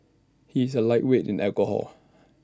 he is A lightweight in alcohol